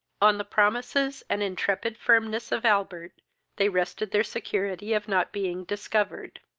on the promises and intrepid firmness of albert they rested their security of not being discovered.